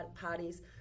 parties